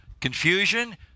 confusion